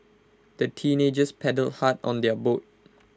the teenagers paddled hard on their boat